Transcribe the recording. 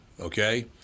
okay